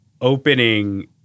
opening